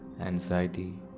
anxiety